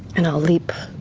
and i'll leap.